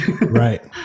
Right